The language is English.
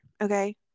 okay